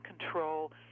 control